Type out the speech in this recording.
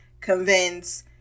convince